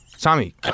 Tommy